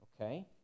Okay